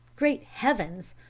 great heavens!